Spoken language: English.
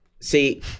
See